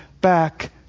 back